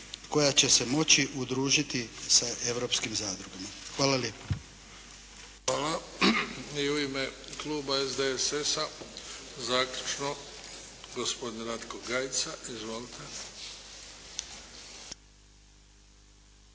koja će se moći udružiti sa europskim zadrugama. Hvala lijepo. **Bebić, Luka (HDZ)** Hvala. U ime kluba SDSS-a zaključno gospodin Ratko Gajica. Izvolite.